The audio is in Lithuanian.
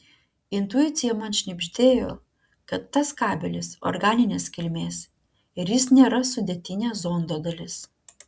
intuicija man šnibždėjo kad tas kabelis organinės kilmės ir jis nėra sudėtinė zondo dalis